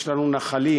יש לנו נחלים,